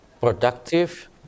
productive